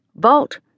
vault